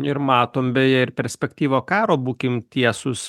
ir matom beje ir perspektyvą karo būkim tiesūs